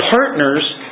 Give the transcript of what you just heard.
partners